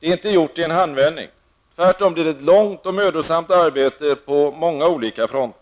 Det är inte gjort i en handvändning. Tvärtom blir det ett långt och mödosamt arbete på många olika fronter.